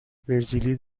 برزیلی